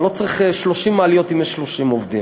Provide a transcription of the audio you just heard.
אתה לא צריך 30 מעליות אם יש 30 עובדים.